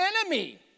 enemy